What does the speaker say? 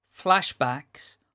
flashbacks